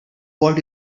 what